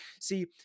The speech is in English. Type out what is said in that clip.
See